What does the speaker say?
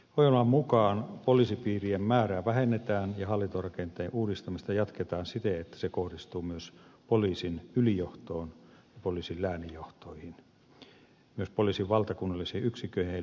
ohjelman mukaan poliisipiirien määrää vähennetään ja hallintorakenteen uudistamista jatketaan siten että se kohdistuu myös poliisin ylijohtoon ja poliisin lääninjohtoihin myös poliisin valtakunnallisiin yksiköihin ja helsingin poliisilaitoksiin